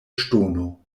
ŝtono